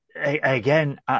Again